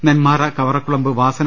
Nenmara Kavarakkulambu Vasan